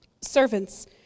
Servants